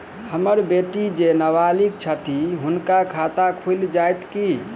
हम्मर बेटी जेँ नबालिग छथि हुनक खाता खुलि जाइत की?